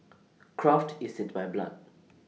craft is in my blood